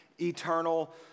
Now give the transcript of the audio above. eternal